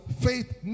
faith